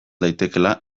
daitekeela